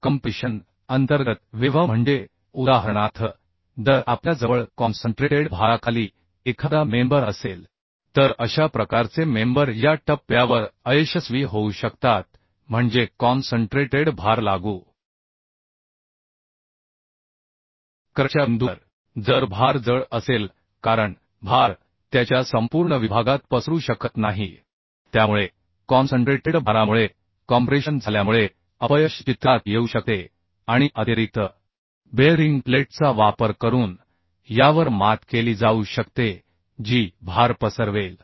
compression अंतर्गत web म्हणजे उदाहरणार्थ जर आपल्याजवळ कॉन्सन्ट्रेटेड भाराखाली एखादा मेंबर असेल तर अशा प्रकारचे मेंबर या टप्प्यावर अयशस्वी होऊ शकतात म्हणजे कॉन्सन्ट्रेटेड भार लागू करण्याच्या बिंदूवर जर भार जड असेल कारण भार त्याच्या संपूर्ण विभागात पसरू शकत नाही त्यामुळे कॉन्सन्ट्रेटेड भारामुळे कॉम्प्रेशन झाल्यामुळे अपयश चित्रात येऊ शकते आणि अतिरिक्त बेअरिंग प्लेटचा वापर करून यावर मात केली जाऊ शकते जी भार पसरवेल